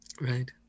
Right